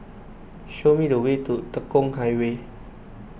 show me the way to Tekong Highway